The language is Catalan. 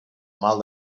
mal